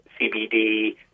CBD